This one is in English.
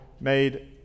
made